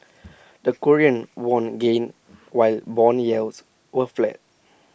the Korean won gained while Bond yields were flat